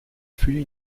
fut